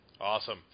Awesome